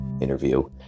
interview